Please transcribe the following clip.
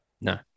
No